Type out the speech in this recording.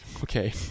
Okay